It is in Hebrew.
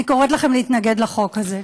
אני קוראת לכם להתנגד לחוק הזה.